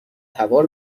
هوار